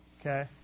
okay